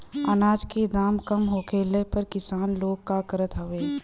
अनाज क दाम कम होखले पर किसान लोग का करत हवे?